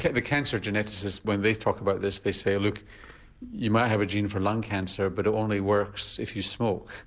the cancer geneticists when they talk about this they say look you might have a gene for lung cancer but it only works if you smoke,